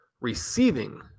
receiving